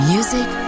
Music